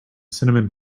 cinnamon